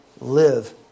live